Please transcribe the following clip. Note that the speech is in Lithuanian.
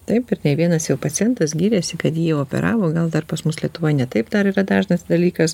taip ir ne vienas jau pacientas gyrėsi kad jį operavo gal dar pas mus lietuvoj ne taip dar yra dažnas dalykas